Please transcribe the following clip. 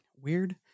Weird